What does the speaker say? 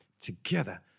together